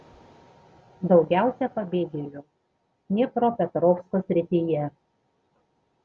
daugiausiai pabėgėlių dniepropetrovsko srityje